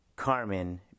carmen